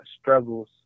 struggles